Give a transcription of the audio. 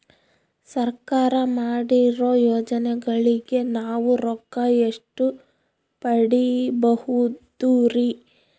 ಸರ್ಕಾರ ಮಾಡಿರೋ ಯೋಜನೆಗಳಿಗೆ ನಾವು ರೊಕ್ಕ ಎಷ್ಟು ಪಡೀಬಹುದುರಿ?